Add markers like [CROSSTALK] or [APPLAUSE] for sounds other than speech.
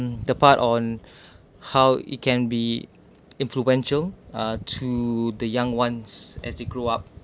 the part on [BREATH] how it can be influential uh to the young ones as they grow up